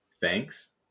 thanks